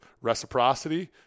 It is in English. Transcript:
reciprocity